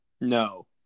No